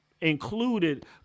included